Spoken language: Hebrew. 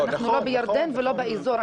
אנחנו לא בירדן ולא באזור.